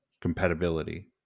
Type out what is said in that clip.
compatibility